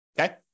Okay